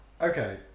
Okay